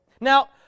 Now